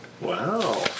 Wow